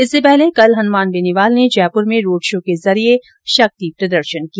इससे पहले कल हनुमान बेनीवाल ने जयपुर में रोड़ शो के जरिये शक्ति प्रदर्शन किया